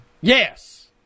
Yes